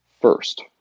first